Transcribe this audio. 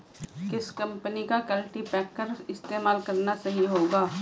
किस कंपनी का कल्टीपैकर इस्तेमाल करना सही होगा?